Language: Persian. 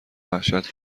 وحشت